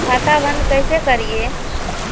खाता बंद कैसे करिए?